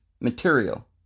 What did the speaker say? material